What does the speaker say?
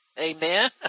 Amen